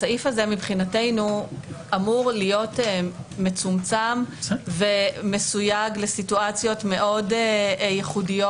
הסעיף הזה מבחינתנו אמור להיות מצומצם ומסויג לסיטואציות מאוד ייחודיות,